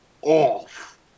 off